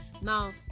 now